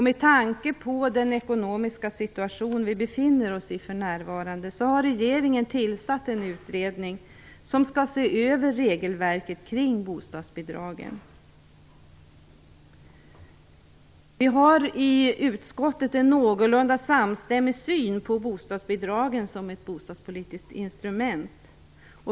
Med tanke på den ekonomiska situation vi befinner oss i för närvarande har regeringen tillsatt en utredning som skall se över regelverket kring bostadsbidragen. Vi har i utskottet en någorlunda samstämmig syn på bostadsbidragen som ett bostadspolitiskt instrument.